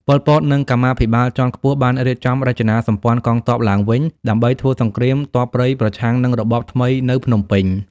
ប៉ុល ពត និងកម្មាភិបាលជាន់ខ្ពស់បានរៀបចំរចនាសម្ព័ន្ធកងទ័ពឡើងវិញ ដើម្បីធ្វើសង្គ្រាមទ័ពព្រៃប្រឆាំងនឹងរបបថ្មីនៅភ្នំពេញ។